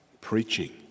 preaching